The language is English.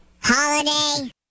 Holiday